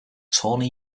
tawny